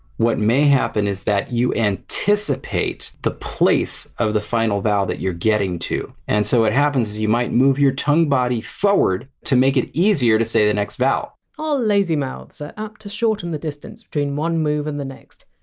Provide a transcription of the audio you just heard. what may happen is that you anticipate the place of the final vowel that you're getting to. and so what happens is you might move your tongue body forward to make it easier to say the next vowel our lazy mouths are apt to shorten the distance between one move and the next.